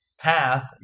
path